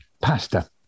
pasta